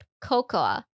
cocoa